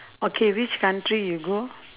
okay which country you go